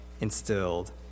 instilled